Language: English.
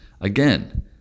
Again